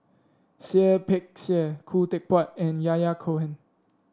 Seah Peck Seah Khoo Teck Puat and Yahya Cohen